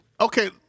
okay